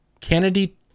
Kennedy